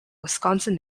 wisconsin